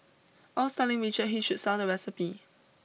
I was telling Richard he should sell the recipe